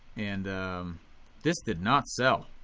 and this did not sell